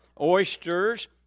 oysters